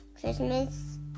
Christmas